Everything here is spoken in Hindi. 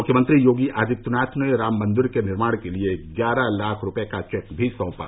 मुख्यमंत्री योगी आदित्यनाथ ने राम मंदिर निर्माण के लिए ग्यारह लाख रूपये का चेक भी सौंपा